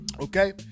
Okay